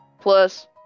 Plus